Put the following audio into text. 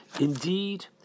Indeed